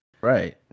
Right